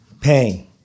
Pain